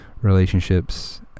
relationships